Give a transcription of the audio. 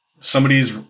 Somebody's